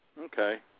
Okay